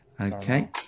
Okay